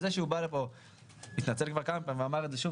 וזה שהוא בא לפה והתנצל ואמר את זה שוב,